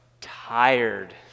tired